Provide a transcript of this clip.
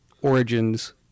Origins